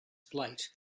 flight